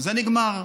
וזה נגמר.